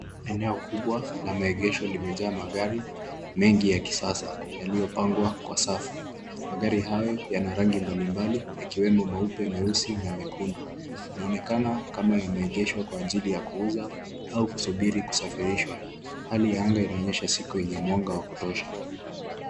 Eneo kubwa la maegesho limejaa magari mengi ya kisasa, yaliyopangwa kwa safu. Magari hayo yana rangi mbalimbali, yakiwemo meupe, meusi na mekundu. Inaonekana kama yameegeshwa kwa ajili ya kuuza au kusubiri kusafirishwa. Hali ya anga inaonyesha siku yenye mwanga wa kutosha.